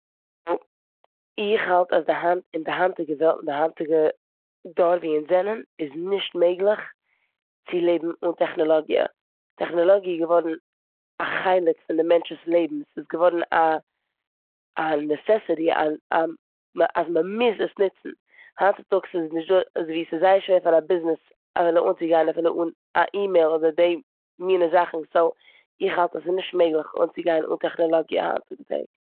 איך האלט אז די היינט- אין די היינטיגע וועלט, אין די היינטיגע דור ווי אונז זענען איז נישט מעגליך צו לעבן אן טעכנאלאגיע. טעכנאלאגיע איז געווארן א חלק פון די מענטש'ס לעבן, ס'איז געווארן א- א נעסעסיטי, א- א- אז מ'מוז עס נוצן. היינט צוטאגס איז נישטא- ס'איז זייער שווער פאר א ביזנעס אפלו אנצוגיין אפילו אן א אימעיל אדער די מינע זאכן סאו איך האלט אז ס'נישט מעגליך אנצוגיין אן טעכנאלאגיע אין די היינטיגע טעג.